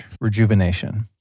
rejuvenation